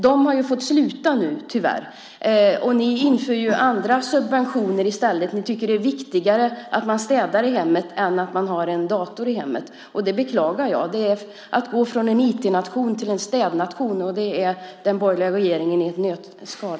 Nu har de tyvärr fått sluta. Ni inför andra subventioner i stället. Ni tycker att det är viktigare att man städar i hemmet än att man har en dator i hemmet. Det beklagar jag. Det är att gå från en IT-nation till en städnation. Det är den borgerliga regeringen i ett nötskal.